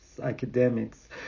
academics